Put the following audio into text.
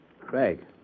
Craig